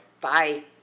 Bye